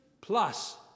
plus